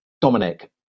Dominic